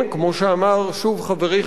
שוב חברי חבר הכנסת ברכה,